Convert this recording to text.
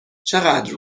چقدر